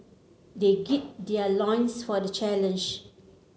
they gird their loins for the challenge